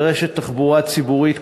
ברשת תחבורה ציבורית כוללת.